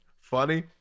funny